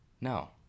No